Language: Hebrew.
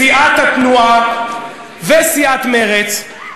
סיעת התנועה וסיעת מרצ,